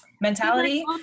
mentality